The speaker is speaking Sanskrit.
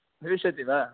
भविष्यति वा